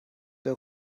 der